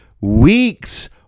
weeks